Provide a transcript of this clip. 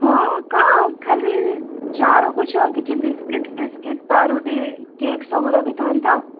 ହଁ କଣ ଖାଲି ଚା ରଖୁଛ କିଛି ବିସ୍କିଟ୍ ଫିସ୍କିଟ୍ ପାଉଁରୁଟି କେକ୍ ସବୁ ରଖିଥାନ୍ତ